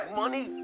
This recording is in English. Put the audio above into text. money